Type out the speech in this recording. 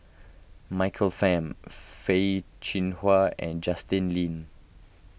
Michael Fam Peh Chin Hua and Justin Lean